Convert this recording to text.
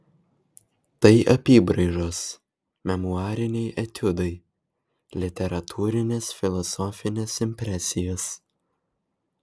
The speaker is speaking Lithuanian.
tai apybraižos memuariniai etiudai literatūrinės filosofinės impresijos